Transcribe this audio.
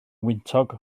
wyntog